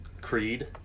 Creed